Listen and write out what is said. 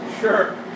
Sure